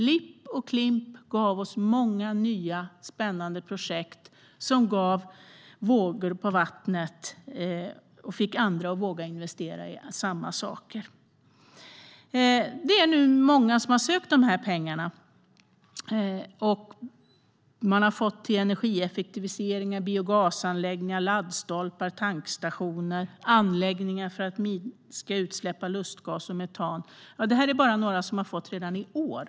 LIP och Klimp gav oss många nya spännande projekt som gav ringar på vattnet och fick andra att våga investera i samma saker. Det är många som har sökt pengar. De har gått till energieffektivisering, biogasanläggningar, laddstolpar, tankstationer och anläggningar för att minska utsläpp av lustgas och metan. Det är några av de projekt som redan i år beviljats pengar.